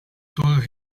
told